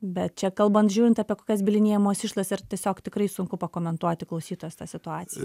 bet čia kalbant žiūrint apie kokias bylinėjimosi išlaidas ir tiesiog tikrai sunku pakomentuoti klausytojos tą situaciją